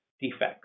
defects